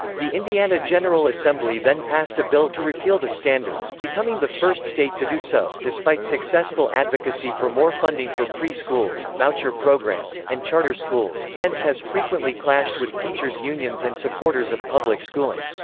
the indiana general assembly then passed a bill to repeal the standards, becoming the first state to do so despite successful advocacy for more funding for pre-schools, voucher programs, and charter schools, pence has frequently clashed with teachers unions and supporters of public schooling.